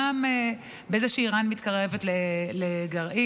גם בזה שאיראן מתקרבת לגרעין,